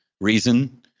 reason